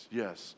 yes